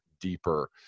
deeper